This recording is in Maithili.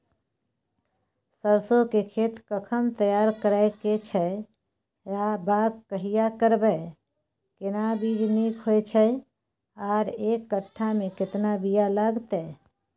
सरसो के खेत कखन तैयार करै के छै आ बाग कहिया करबै, केना बीज नीक होय छै आर एक कट्ठा मे केतना बीया लागतै?